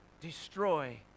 destroy